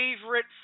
favorite